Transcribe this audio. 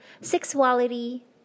sexuality